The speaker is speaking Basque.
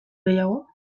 gehiago